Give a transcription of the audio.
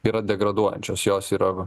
yra degraduojančios jos yra